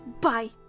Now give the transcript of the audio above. Bye